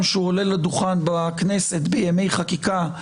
שהוא עולה לדוכן בכנסת בימי חקיקה,